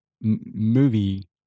movie